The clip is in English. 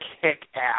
kick-ass